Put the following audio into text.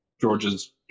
George's